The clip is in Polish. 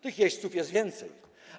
Tych jeźdźców jest więcej.